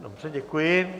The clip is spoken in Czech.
Dobře, děkuji.